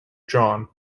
drawn